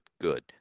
good